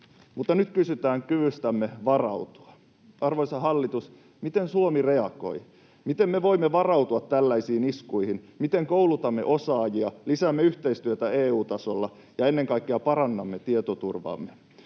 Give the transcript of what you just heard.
Mutta nyt kysytään kyvystämme varautua. Arvoisa hallitus, miten Suomi reagoi? Miten me voimme varautua tällaisiin iskuihin? Miten koulutamme osaajia, lisäämme yhteistyötä EU-tasolla ja ennen kaikkea parannamme tietoturvaamme?